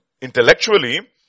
intellectually